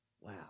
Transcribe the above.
Wow